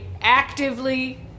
actively